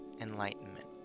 enlightenment